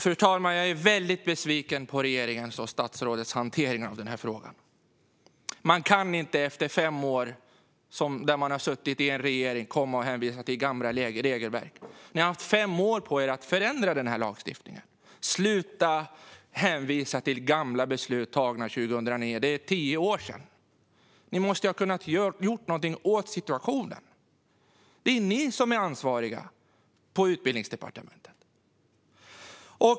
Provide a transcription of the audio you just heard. Fru talman! Jag är väldigt besviken på regeringens och statsrådets hantering av den här frågan. Man kan inte när man har suttit i en regering i fem år hänvisa till gamla regelverk. Ni har haft fem år på er att förändra lagstiftningen. Sluta att hänvisa till gamla beslut som fattades 2009. Det är tio år sedan. Ni måste ha kunnat göra något åt situationen. Det är ni som är ansvariga på Utbildningsdepartementet.